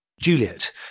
Juliet